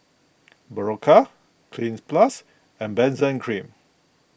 Berocca Cleanz Plus and Benzac Cream